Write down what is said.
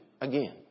again